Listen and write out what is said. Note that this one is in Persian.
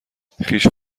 خویش